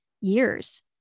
years